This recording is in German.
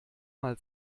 mal